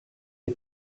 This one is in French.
est